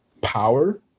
power